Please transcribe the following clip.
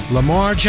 Lamar